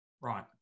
Right